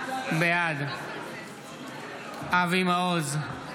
בעד אבי מעוז,